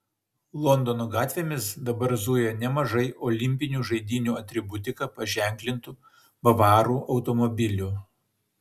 londono gatvėmis dabar zuja nemažai olimpinių žaidynių atributika paženklintų bavarų automobilių